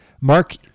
Mark